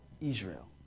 Israel